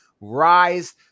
rise